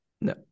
No